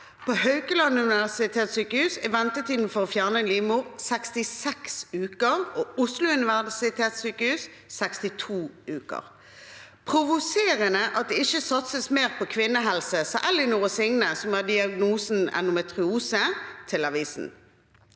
På Haukeland universitetssjukehus er ventetiden for å fjerne en livmor 66 uker, og Oslo universitetssykehus 62 uker. «Provoserende at det ikke satses mer på kvinnehelse», sa Ellinor og Signe som har diagnosen endometriose, til avisen.